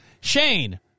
Shane